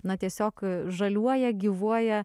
na tiesiog žaliuoja gyvuoja